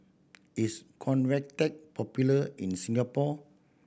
is Convatec popular in Singapore